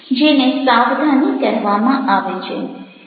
જેને સાવધાની કહેવામાં આવે છે